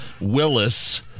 Willis